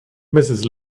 mrs